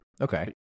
okay